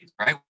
right